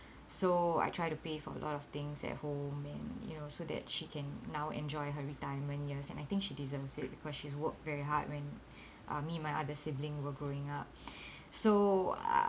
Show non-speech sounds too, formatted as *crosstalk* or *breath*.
so I try to pay for a lot of things at home and you know so that she can now enjoy her retirement years and I think she deserves it because she's worked very hard when *breath* uh me my other sibling were growing up *breath* so uh